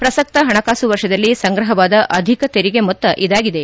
ಪ್ರಸಕ್ತ ಪಣಕಾಸು ವರ್ಷದಲ್ಲಿ ಸಂಗ್ರಹವಾದ ಅಧಿಕ ತೆರಿಗೆ ಮೊತ್ತ ಇದಾಗಿದೆ